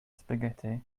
spaghetti